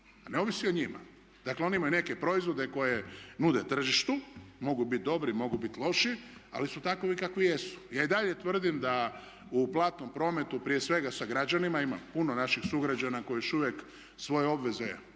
ne ovisi o njima. Dakle oni imaju neke proizvode koje nude tržištu, mogu biti dobri, mogu biti loš ali su takvi kakvi jesu. Ja i dalje tvrdim da u platnom prometu prije svega sa građanima ima puno naših sugrađana koji još uvijek svoje obveze